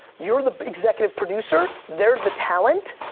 you're the executive producer, they're the talent.